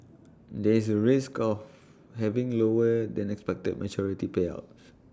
there is A risk of having lower than expected maturity payouts